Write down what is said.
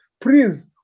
please